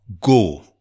Go